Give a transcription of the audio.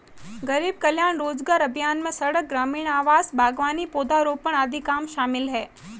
गरीब कल्याण रोजगार अभियान में सड़क, ग्रामीण आवास, बागवानी, पौधारोपण आदि काम शामिल है